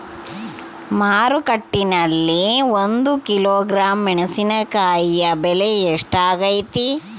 ಮಾರುಕಟ್ಟೆನಲ್ಲಿ ಒಂದು ಕಿಲೋಗ್ರಾಂ ಮೆಣಸಿನಕಾಯಿ ಬೆಲೆ ಎಷ್ಟಾಗೈತೆ?